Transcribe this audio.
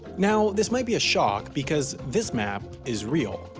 now, this might be a shock because this map is real.